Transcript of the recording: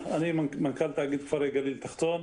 אני מנכ"ל התאגיד כפרי גליל תחתון,